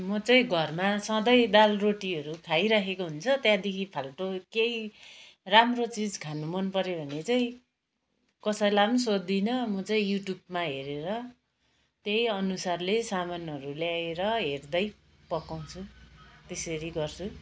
म चाहिँ घरमा सधैँ दालरोटीहरू खाइरहेको हुन्छु त्यहाँदेखि फाल्टो केही राम्रो चिज खानु मन पर्यो भने चाहिँ कसैलाई पनि सोद्धिन म चाहिँ युट्युबमा हेरेर त्यही अनुसारले सामानहरू ल्याएर हेर्दै पकाउँछु त्यसरी गर्छु